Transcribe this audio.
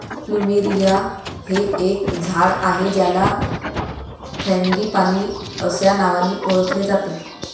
plumeria हे एक झाड आहे ज्याला फ्रँगीपानी अस्या नावानी ओळखले जाते